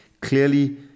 clearly